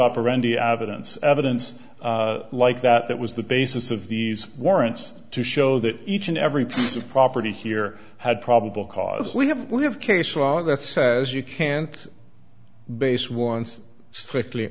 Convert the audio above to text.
operandi avodah it's evidence like that that was the basis of these warrants to show that each and every piece of property here had probable cause we have we have case law that says you can't base one's strictly